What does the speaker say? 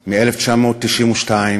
מ-1992,